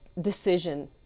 decision